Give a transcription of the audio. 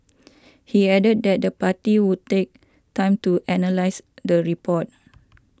he added that the party would take time to analyse the report